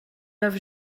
œuf